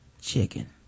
chicken